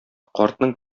картның